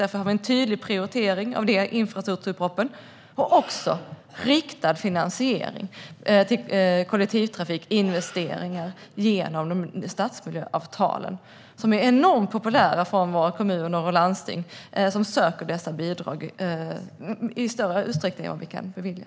Därför har vi en tydlig prioritering av detta i infrastrukturpropositionen och också riktad finansiering av kollektivtrafikinvesteringar genom stadsmiljöavtalen, som är enormt populära i våra kommuner och landsting, som söker dessa bidrag i större utsträckning än vi kan bevilja.